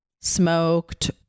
smoked